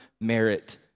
merit